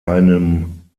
einem